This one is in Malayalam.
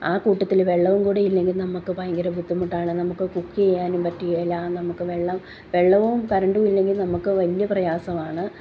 ആ കൂട്ടത്തിൽ വെള്ളവും കൂടി ഇല്ലെങ്കിൽ നമ്മൾക്ക് ഭയങ്കര ബുദ്ധിമുട്ടാണ് നമുക്ക് കുക്ക് ചെയ്യാനും പറ്റുകയില്ല നമുക്ക് വെള്ളം വെള്ളവും കരണ്ടുമില്ലെങ്കിൽ നമ്മൾക്ക് വലിയ പ്രയാസമാണ്